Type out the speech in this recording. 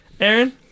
Aaron